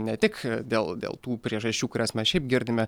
ne tik dėl dėl tų priežasčių kurias mes šiaip girdime